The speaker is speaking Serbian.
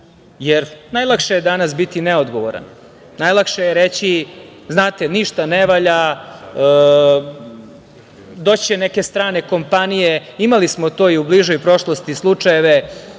Jer, najlakše je danas biti neodgovoran, najlakše je reći, znate, ništa ne valja, doći će neke strane kompanije. Imali smo to i u bližoj prošlosti slučajeve.